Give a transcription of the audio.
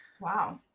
Wow